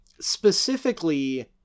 Specifically